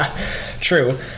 true